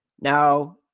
Now